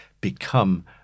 become